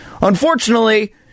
Unfortunately